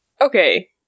Okay